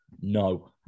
No